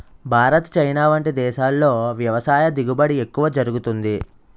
Bharat, China వంటి దేశాల్లో వ్యవసాయ దిగుబడి ఎక్కువ జరుగుతుంది